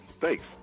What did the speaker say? Thanks